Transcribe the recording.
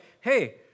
hey